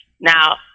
Now